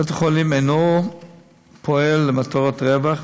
בית-החולים אינו פועל למטרות רווח,